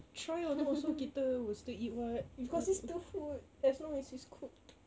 try or not also kita will still eat [what] because it's still food as long as it's cooked